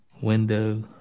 Window